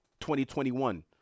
2021